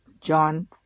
John